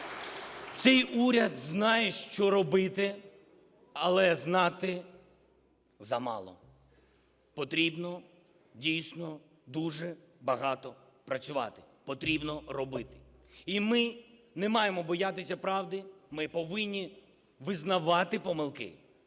Цей уряд знає що робити, але знати замало. Потрібно, дійсно, дуже багато працювати, потрібно робити. І ми не маємо боятися правди. Ми повинні визнавати помилки.